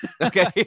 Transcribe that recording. Okay